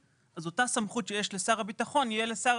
אז אותה סמכות שיש לשר הביטחון יהיה לשר